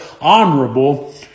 honorable